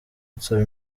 nsaba